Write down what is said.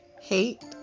hate